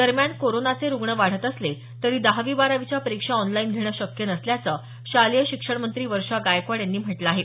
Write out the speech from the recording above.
दरम्यान कोरोनाचे रुग्ण वाढत असले तरी दहावी बारावीच्या परिक्षा ऑनलाईन घेणं शक्य नसल्याचं शालेय शिक्षण मंत्री वर्षा गायकवाड यांनी म्हटलं आहे